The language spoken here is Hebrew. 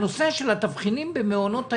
הנושא של התבחינים במעונות היום,